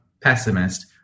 pessimist